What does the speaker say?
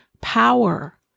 Power